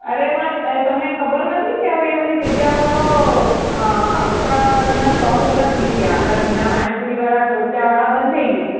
અરે પણ તમને ખબર નથી હવે એ બધી જગ્યાઓ તો ખાવસાના સ્ટોલ બધા ખુલી ગયા આપણાં જૂના પાણીપુરીવાળા લોચાવાળા બંધ થઈ ગયા